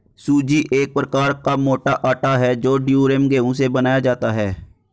सूजी एक प्रकार का मोटा आटा है जो ड्यूरम गेहूं से बनाया जाता है